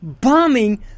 bombing